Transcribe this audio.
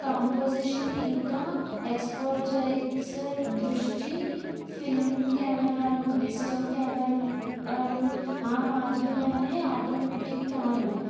composition ఇంకా ఎక్స్పోజైసర్ దృష్టి ఫిలిం కెమెరాలు డిజిటల్ కెమెరాలు ఆ మాదిరిగానే ఆటోమేటిక్ కావు